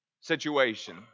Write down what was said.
situation